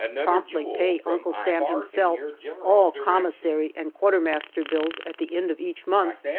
promptly pay uncle sam himself all commissary and quartermaster bills at the end of each month,